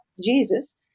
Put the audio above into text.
Jesus